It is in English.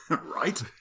right